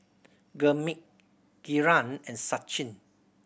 Gurmeet Kiran and Sachin